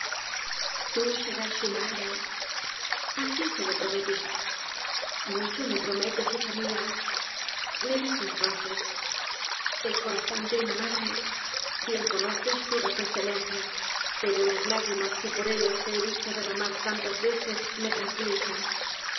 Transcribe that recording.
tú serás su madre asi se lo prometí mucho me prometes hija mia me dijo entonces el corazón de una madre bien conoces toda su escelencia pero las lágrimas que por ellos te he visto derramar tantas veces me tranquilizan